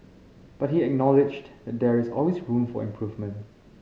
but he acknowledged that there is always room for improvement